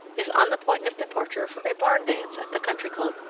is on the point of departure for a barn dance at the country club.